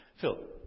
Phil